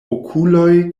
okuloj